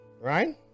Right